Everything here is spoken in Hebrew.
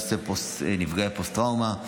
נושא נפגעי פוסט-טראומה.